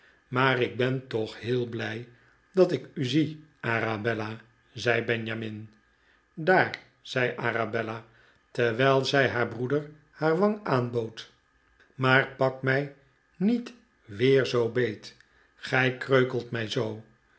maar ik ben toch heel blij dat ik u zie arabella zei benjamin ri daar zei arabella terwijl zij haar broeder haar wang aanbood maar pak mij niet weer zoo beet gij kreukelt mij zoo